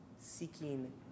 seeking